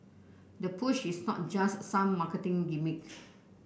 the push is not just some marketing gimmick